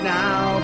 now